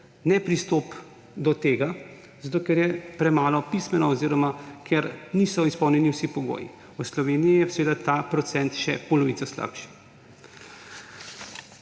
ne pristopi do tega zato, ker je premalo pismeno oziroma ker niso izpolnjeni vsi pogoji. V Sloveniji je seveda ta procent še polovico slabši.